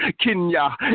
Kenya